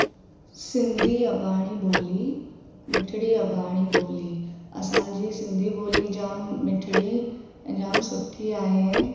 सिंधी अबाणी ॿोली मिठड़ी अबाणी बोली असांजी सिंधी ॿोली जाम मिठड़ी ऐं जाम सुठी आहे